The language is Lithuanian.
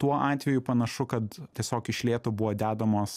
tuo atveju panašu kad tiesiog iš lėto buvo dedamos